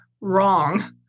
wrong